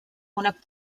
una